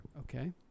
Okay